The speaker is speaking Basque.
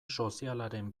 sozialaren